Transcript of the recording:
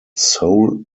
sole